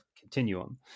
Continuum